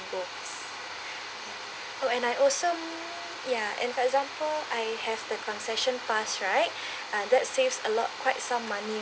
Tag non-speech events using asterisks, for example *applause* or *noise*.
oh oh and I also ya and for example I have the concession pass right *breath* uh that saves a lot quite some money